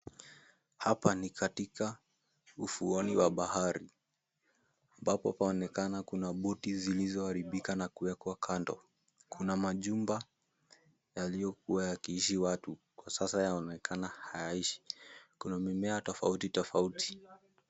Hapa ni katika ufuoni wa bahari ambapo paonekana kuna boti zilizoharibika na kuwekwa kando. Kuna majumba yaliyokuwa yakiishi watu kwa sasa yaonekana hayaishi. Kuna mimea tofauti tofauti.